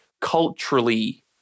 culturally